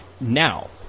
Now